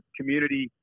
community –